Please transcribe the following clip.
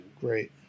Great